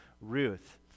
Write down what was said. Ruth